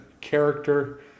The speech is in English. character